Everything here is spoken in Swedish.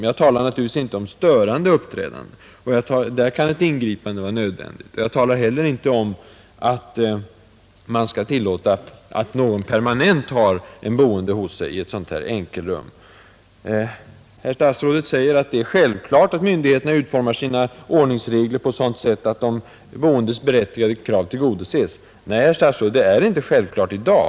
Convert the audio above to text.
Jag talar naturligtvis inte om störande uppträden — beträffande sådana kan ett ingripande vara nödvändigt — och jag menar inte heller att man skall tillåta att någon permanent har en person boende hos sig i ett enkelrum av nämnt slag. Statsrådet säger att det är självklart att myndigheterna utformar sina ordningsregler på ett sådant sätt att de boendes berättigade krav tillgodoses. Nej, herr statsråd, det är inte självklart i dag.